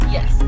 Yes